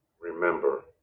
remember